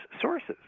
sources